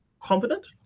confident